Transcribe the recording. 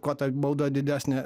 kuo ta bauda didesnė